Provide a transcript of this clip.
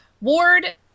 Ward